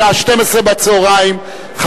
בשעה 12:00,